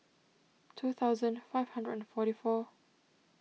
two thousand five hundred and forty four